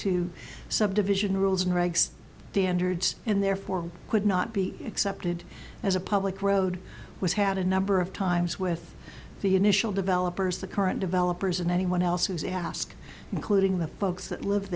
to subdivision rules and regs dandridge and therefore could not be accepted as a public road was had a number of times with the initial developers the current developers and anyone else who has asked including the folks that live